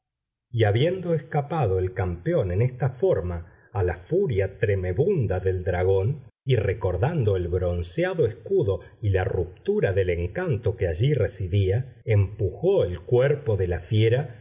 y habiendo escapado el campeón en esta forma a la furia tremebunda del dragón y recordando el bronceado escudo y la ruptura del encanto que allí residía empujó el cuerpo de la fiera